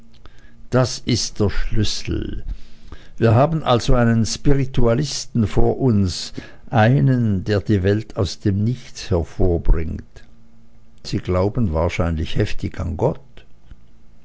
da ist der schlüssel wir haben also einen spiritualisten vor uns einen der die welt aus dem nichts hervorbringt sie glauben wahrscheinlich heftig an gott